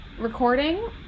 recording